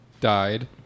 died